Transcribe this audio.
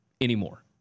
anymore